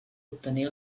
obtenir